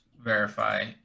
verify